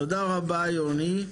תודה רבה, יוני.